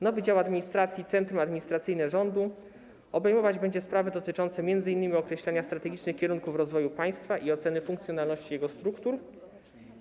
Nowy dział administracji - centrum administracyjne rządu - obejmować będzie sprawy dotyczące m.in. określania strategicznych kierunków rozwoju państwa i oceny funkcjonalności jego struktur.